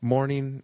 Morning